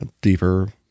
deeper